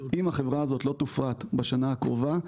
אם החברה הזאת לא תופרט בשנה הקרובה,